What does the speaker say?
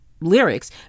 lyrics